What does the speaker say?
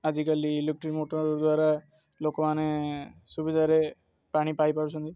ଆଜିକାଲି electric motor ଦ୍ୱାରା ଲୋକମାନେ ସୁବିଧାରେ ପାଣି ପାଇପାରୁଛନ୍ତି